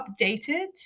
updated